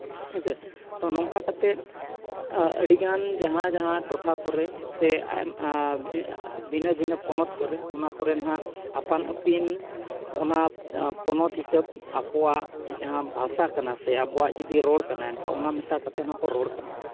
ᱦᱮᱸᱥᱮ ᱛᱚ ᱱᱚᱝᱠᱟ ᱠᱟᱛᱮᱫ ᱟᱹᱰᱤᱜᱟᱱ ᱡᱟᱦᱟᱸ ᱡᱟᱦᱟᱸ ᱴᱚᱴᱷᱟ ᱠᱚᱨᱮ ᱥᱮ ᱵᱷᱤᱱᱟᱹ ᱵᱷᱤᱱᱟᱹ ᱯᱚᱱᱚᱛ ᱠᱚᱨᱮ ᱚᱱᱟ ᱠᱚᱨᱮ ᱱᱟᱦᱟᱜ ᱟᱯᱟᱱᱼᱟᱹᱯᱤᱱ ᱚᱱᱟ ᱯᱚᱱᱚᱛ ᱦᱤᱥᱟᱹᱵᱽ ᱟᱠᱚᱣᱟᱜ ᱡᱟᱦᱟᱸ ᱵᱷᱟᱥᱟ ᱠᱟᱱᱟ ᱥᱮ ᱟᱵᱚᱣᱟᱜ ᱡᱩᱫᱤ ᱨᱚᱲ ᱠᱟᱱᱟ ᱮᱱᱠᱷᱟᱱ ᱚᱱᱟ ᱢᱮᱥᱟ ᱠᱟᱛᱮᱫ ᱦᱚᱸᱠᱚ ᱨᱚᱲ ᱠᱟᱱᱟ